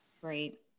Great